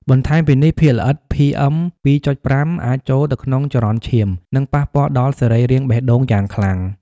បន្ថែមពីនេះ ភាគល្អិត PM ២.៥ អាចចូលទៅក្នុងចរន្តឈាម និងប៉ះពាល់ដល់សរីរាង្គបេះដូងយ៉ាងខ្លាំង។